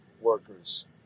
workers